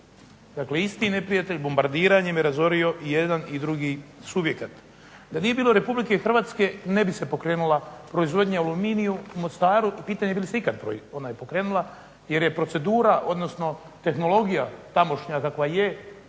dakle isti neprijatelj je bombardiranjem razorio i jedan i drugi subjekat. Da nije bilo RH ne bi se pokrenula proizvodnja u Aluminiju u Mostaru, pitanje da li bi se ikad pokrenula jer je tehnologija tamošnja kakva je